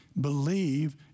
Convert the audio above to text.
believe